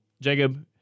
Jacob